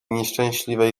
nieszczęśliwej